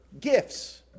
gifts